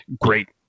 Great